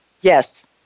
Yes